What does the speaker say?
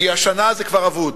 כי השנה זה כבר אבוד.